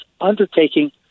undertaking